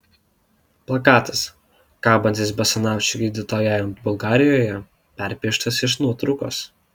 plakatas kabantis basanavičiui gydytojaujant bulgarijoje perpieštas iš nuotraukos